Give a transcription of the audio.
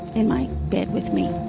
in my bed with me